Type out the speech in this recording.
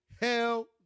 hell